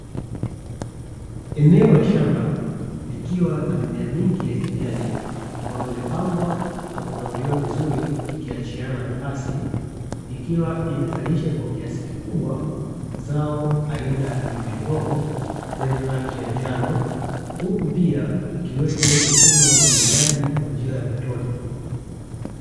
Eneo la shamba, likiwa na mimea mingi ya kijani, ambayo imepangwa na kupangiliwa vizuri ikiachiana nafasi, ikiwa imezalisha kwa kiasi kikubwa, zao aina ya pilipili hoho zenye rangi ya njano. Huku pia ikiwepo mifumo ya umwagiliaji kwa njia ya matone.